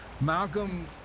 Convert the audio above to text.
Malcolm